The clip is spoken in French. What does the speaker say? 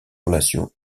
relations